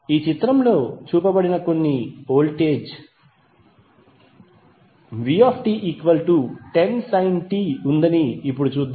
ఈ చిత్రంలో చూపబడిన కొన్ని వోల్టేజ్ vt10sin t ఉందని ఇప్పుడు చూద్దాం